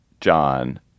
John